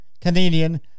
Canadian